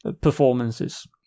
performances